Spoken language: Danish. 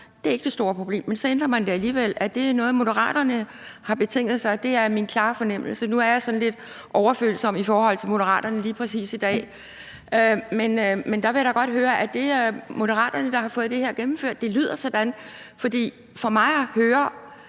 at det ikke er det store problem, men så ændrer man det alligevel. Er det noget, Moderaterne har betinget sig? Det er min klare fornemmelse. Nu er jeg sådan lidt overfølsom i forhold til Moderaterne lige præcis i dag, men jeg vil da godt høre, om det er Moderaterne, der har fået det her gennemført. Det lyder sådan. For mig at høre